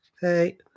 Hey